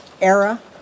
era